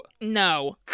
No